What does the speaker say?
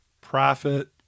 profit